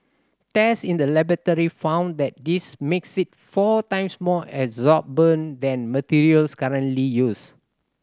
test in the laboratory found that this makes it four times more absorbent than materials currently used